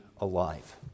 alive